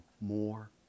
more